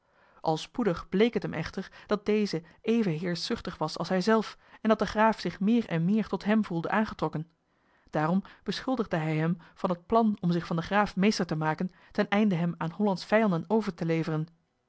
al spoedig bleek het hem echter dat deze even heerschzuchtig was als hij zelf en dat de graaf zich meer en meer tot hem voelde aangetrokken daarom beschuldigde hij hem van het plan om zich van den graaf meester te maken ten einde hem aan hollands vijanden over te leveren